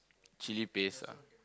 chili paste ah